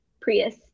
Prius